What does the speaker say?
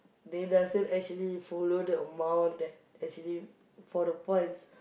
they doesn't actually follow the amount that actually for the points